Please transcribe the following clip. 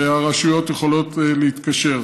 והרשויות יכולות להתקשר.